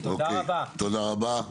תודה רבה.